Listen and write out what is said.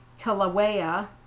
Kilauea